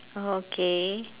oh okay